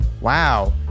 wow